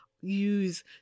use